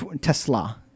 Tesla